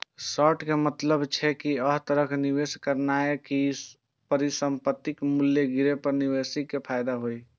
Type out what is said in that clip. short के मतलब छै, अय तरहे निवेश करनाय कि परिसंपत्तिक मूल्य गिरे पर निवेशक कें फायदा होइ